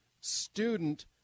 student